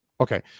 Okay